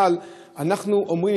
אבל אנחנו אומרים,